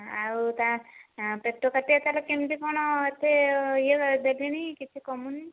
ଆଉ ତା' ପେଟ କାଟିବା ତା'ର କେମିତି କ'ଣ ଏତେ ଇଏ ଦେଲିଣି କିଛି କମୁନାହିଁ